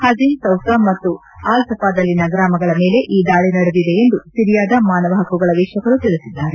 Hajin Sousa ಮತ್ತು Al ಸಫಾದಲ್ಲಿನ ಗ್ರಾಮಗಳ ಮೇಲೆ ಈ ದಾಳಿ ನಡೆದಿದೆ ಎಂದು ಸಿರಿಯಾದ ಮಾನವ ಹಕ್ಕುಗಳ ವೀಕ್ವಕರು ತಿಳಿಸಿದ್ದಾರೆ